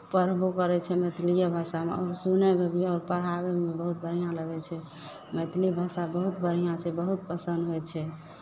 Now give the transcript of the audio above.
पढ़बो करै छै मैथिलिए भाषामे आओर सुनयमे भी आओर पढ़ाबैमे बहुत बढ़िआँ लगै छै मैथिली भाषा बहुत बढ़िआँ छै बहुत पसन्द होइ छै